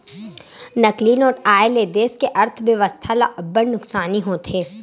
नकली नोट आए ले देस के अर्थबेवस्था ल अब्बड़ नुकसानी होथे